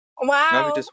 wow